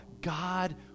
God